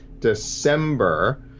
December